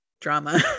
drama